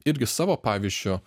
irgi savo pavyzdžiu